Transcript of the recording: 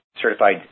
certified